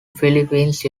philippines